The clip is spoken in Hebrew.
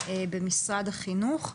במשרד החינוך.